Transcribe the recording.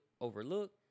overlook